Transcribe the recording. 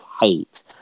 hate